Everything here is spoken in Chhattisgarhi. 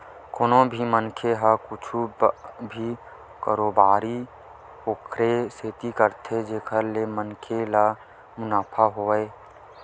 कोनो भी मनखे ह कुछु भी कारोबारी ओखरे सेती करथे जेखर ले मनखे ल मुनाफा होवय